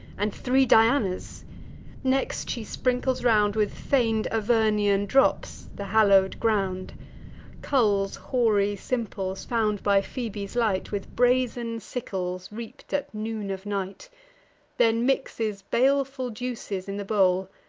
and three dianas next, she sprinkles round with feign'd avernian drops the hallow'd ground culls hoary simples, found by phoebe's light, with brazen sickles reap'd at noon of night then mixes baleful juices in the bowl,